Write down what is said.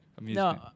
No